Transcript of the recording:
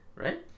Right